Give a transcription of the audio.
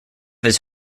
his